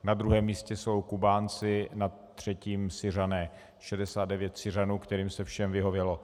Na druhém místě jsou Kubánci, na třetím Syřané, 69 Syřanů, kterým se všem vyhovělo.